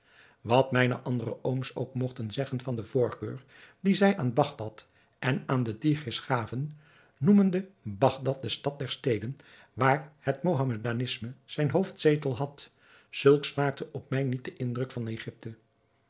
wat mijne andere ooms ook mochten zeggen van de voorkeur die zij aan bagdad en aan den tigris gaven noemende bagdad de stad der steden waar het mohamedisme zijn hoofdzetel had zulks maakte op mij niet den indruk van egypte